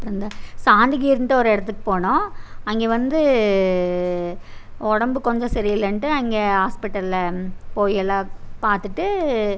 அப்புறம் இந்த சாந்துகீறுண்ட்டு ஒரு இடத்துக்கு போனோம் அங்கே வந்து உடம்பு கொஞ்சம் சரியில்லன்ட்டு அங்கே ஹாஸ்ப்பிட்டலில் போய் எல்லாம் பார்த்துட்டு